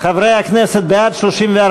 חברי הכנסת, בעד, 34,